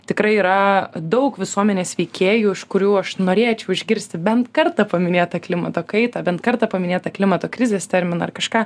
tikrai yra daug visuomenės veikėjų iš kurių aš norėčiau išgirsti bent kartą paminėtą klimato kaitą bent kartą paminėtą klimato krizės terminą ar kažką